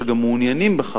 שגם מעוניינים בכך,